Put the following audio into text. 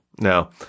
no